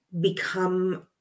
become